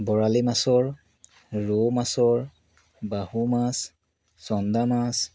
বৰালি মাছৰ ৰৌ মাছৰ বাহু মাছ চন্দা মাছ